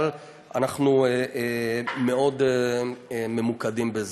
אבל אנחנו מאוד ממוקדים בזה.